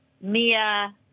mia